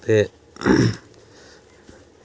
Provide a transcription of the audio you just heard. ते